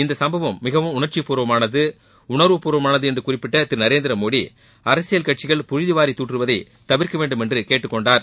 இந்த சம்பவம் மிகவும் உணர்ச்சி பூர்வமானது உணர்வு பூர்வமானது என்று குறிப்பிட்ட திரு நரேந்திரமோடி அரசியல் கட்சிகள் புழுதிவாரி தூற்றுவதை தவிர்க்கவேண்டும் என்று கேட்டுக் கொண்டார்